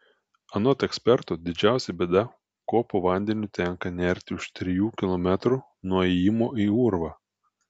anot eksperto didžiausia bėda ko po vandeniu tenka nerti už trijų kilometrų nuo įėjimo į urvą